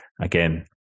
again